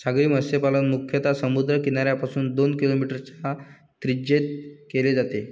सागरी मत्स्यपालन मुख्यतः समुद्र किनाऱ्यापासून दोन किलोमीटरच्या त्रिज्येत केले जाते